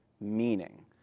meaning